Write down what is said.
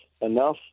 enough